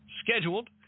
scheduled